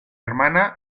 hermana